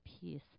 peace